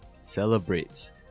celebrates